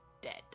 dead